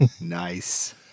Nice